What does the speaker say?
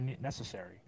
necessary